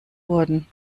wurden